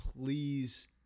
please